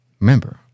remember